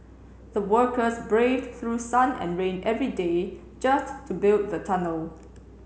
the workers braved through sun and rain every day just to build the tunnel